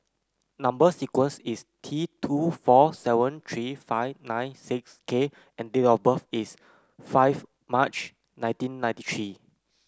number sequence is T two four seven three five nine six K and date of birth is five March nineteen ninety three